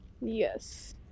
Yes